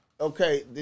okay